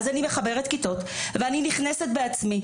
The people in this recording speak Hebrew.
אז אני מחברת כיתות ואני נכנסת בעצמי.